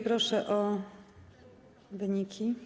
Proszę o wyniki.